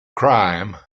crime